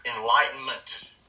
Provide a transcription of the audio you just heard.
Enlightenment